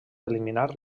eliminar